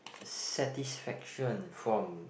satisfaction from